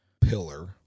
pillar